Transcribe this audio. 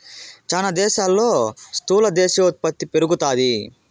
చాలా దేశాల్లో స్థూల దేశీయ ఉత్పత్తి పెరుగుతాది